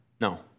No